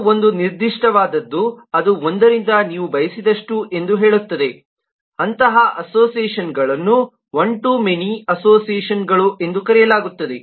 ಇದು ಒಂದು ನಿರ್ದಿಷ್ಟವಾದದ್ದು ಅದು ಒಂದರಿಂದ ನೀವು ಬಯಸಿದಷ್ಟು ಎಂದು ಹೇಳುತ್ತದೆ ಅಂತಹ ಅಸೋಸಿಯೇಷನ್ಗಳನ್ನು ಒನ್ ಟು ಮೆನಿ ಅಸೋಸಿಯೇಷನ್ಗಳು ಎಂದು ಕರೆಯಲಾಗುತ್ತದೆ